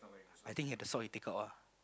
I think have the sock he take out ah